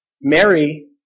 Mary